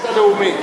זה הספורט הלאומי.